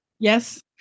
Yes